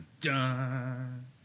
dun